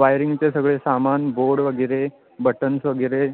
वायरिंगचे सगळे सामान बोर्ड वगैरे बटन्स वगैरे